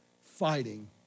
fighting